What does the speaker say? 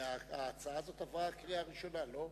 ההצעה הזאת עברה בקריאה ראשונה, לא?